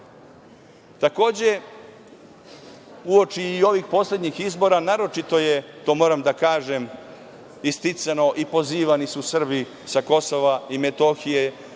uoči i ovih poslednjih izbora naročito je, to moram da kažem, isticano i pozivani su Srbi sa KiM da glasaju